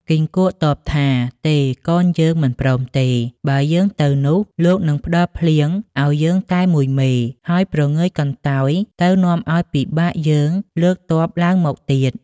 គីង្គក់តបថា” ទេ! កនយើងមិនព្រមទេ បើយើងទៅនោះលោកនឹងផ្តល់ភ្លៀងឱ្យយើងតែមួយមេហើយព្រងើយកន្តើយទៅ នាំឱ្យពិបាកយើងលើកទ័ពឡើងមកទៀត។